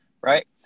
Right